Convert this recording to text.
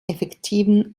effektiven